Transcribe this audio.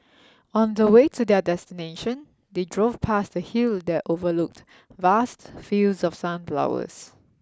on the way to their destination they drove past a hill that overlooked vast fields of sunflowers